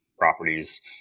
properties